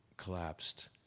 Collapsed